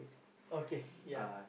okay ya